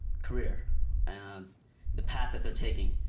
career and the path that they're taking.